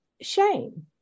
shame